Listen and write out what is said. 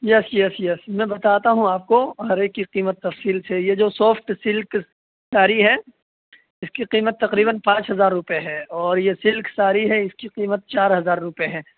یس yes yes میں بتاتا ہوں آپ کو ہر ایک کی قیمت تفصیل سے یہ جو سافٹ سلک ساڑی ہے اس کی قیمت تقریباً پانچ ہزار روپے ہے اور یہ سلک ساڑی ہے اس کی قیمت چار ہزار روپے ہے